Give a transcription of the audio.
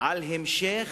על המשך